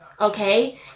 okay